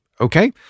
Okay